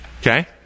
Okay